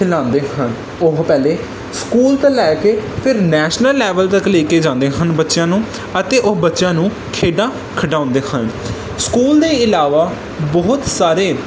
ਖਿਲਾਂਦੇ ਹਨ ਉਹ ਪਹਿਲੇ ਸਕੂਲ ਤੋਂ ਲੈ ਕੇ ਫੇਰ ਨੈਸ਼ਨਲ ਲੈਵਲ ਤੱਕ ਲੈ ਕੇ ਜਾਂਦੇ ਹਨ ਬੱਚਿਆਂ ਨੂੰ ਅਤੇ ਉਹ ਬੱਚਿਆਂ ਨੂੰ ਖੇਡਾਂ ਖਿਡਾਉਂਦੇ ਹਨ ਸਕੂਲ ਦੇ ਇਲਾਵਾ ਬਹੁਤ ਸਾਰੇ